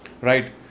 right